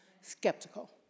skeptical